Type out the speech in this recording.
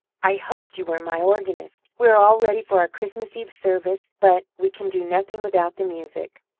i hoped you were my organist. we are all ready for our christmas-eve service, but we can do nothing without the music.